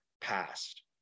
past